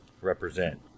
represent